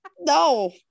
No